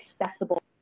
accessible